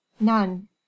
none